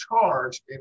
charge